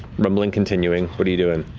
rumbling continuing. what are you doing?